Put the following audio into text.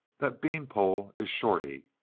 that bean-pole is shorty.